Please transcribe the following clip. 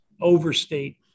overstate